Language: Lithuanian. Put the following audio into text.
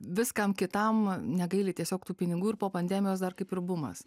viskam kitam negaili tiesiog tų pinigų ir po pandemijos dar kaip ir bumas